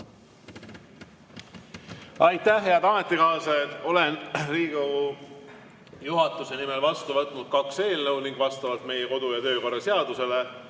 Aitäh, head ametikaaslased! Olen Riigikogu juhatuse nimel vastu võtnud kaks eelnõu ning vastavalt meie kodu- ja töökorra seadusele